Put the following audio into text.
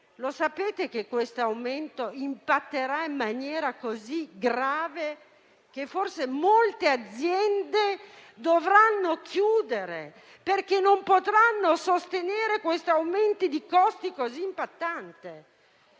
Lo sapete che questo aumento impatterà in maniera così grave che forse molte aziende dovranno chiudere, perché non potranno sostenere un aumento di costi così impattante?